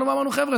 אמרנו: חבר'ה,